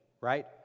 right